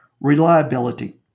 reliability